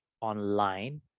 online